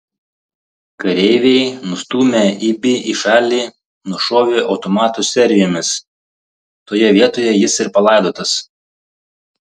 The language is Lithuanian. kareiviai nustūmę ibį į šalį nušovė automatų serijomis toje vietoje jis ir palaidotas